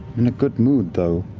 in a good mood, though.